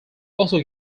also